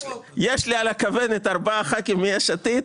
יש לי על הכוונת ארבעה חברי כנסת מ-יש עתיד,